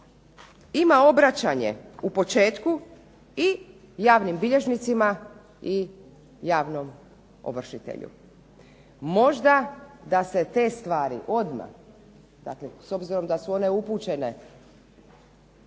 ima obraćanje u početku i javnim bilježnicima i javnom ovršitelju. Možda da se te stvari odmah, dakle s obzirom da su one upućene